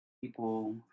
people